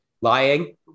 lying